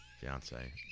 fiance